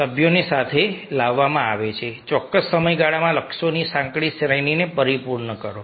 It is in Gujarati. સભ્યોને સાથે લાવવામાં આવે છે ચોક્કસ સમયગાળામાં લક્ષ્યોની સાંકડી શ્રેણીને પરિપૂર્ણ કરો